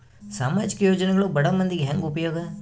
ಸಾಮಾಜಿಕ ಯೋಜನೆಗಳು ಬಡ ಮಂದಿಗೆ ಹೆಂಗ್ ಉಪಯೋಗ?